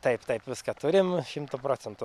taip taip viską turim šimtu procentų